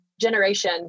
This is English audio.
generation